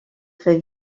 très